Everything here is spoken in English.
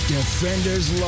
Defenders